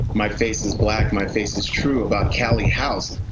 my face is black, my face is true about callie house,